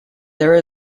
there